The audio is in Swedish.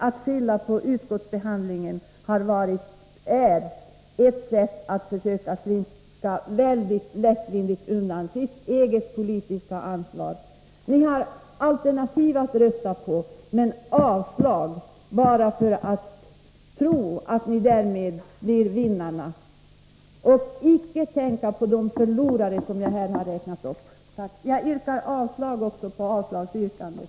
Att skylla på utskottsbehandlingen är ett sätt att försöka slinka väldigt lättvindigt undan sitt eget politiska ansvar. Ni har alternativ att rösta på, men nu tänker ni rösta för avslag bara för att ni tror att ni därmed blir vinnare, utan att tänka på de förlorare som jag här har räknat upp. Jag yrkar avslag på avslagsyrkandet.